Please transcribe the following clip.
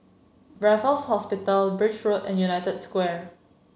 Raffles Hospital Birch Road and United Square